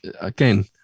again